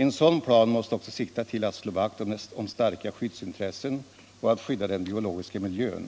En sådan plan måste också sikta till att slå vakt om starka skyddsintressen och att skydda den biologiska miljön.